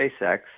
SpaceX